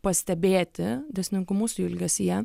pastebėti dėsningumus jų elgesyje